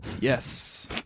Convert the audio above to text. Yes